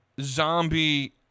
zombie